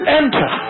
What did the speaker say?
enter